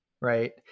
right